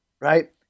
right